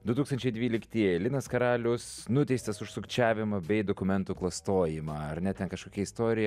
du tūkstančiai dvyliktieji linas karalius nuteistas už sukčiavimą bei dokumentų klastojimą ar ne ten kažkokia istorija